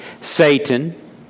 Satan